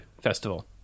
Festival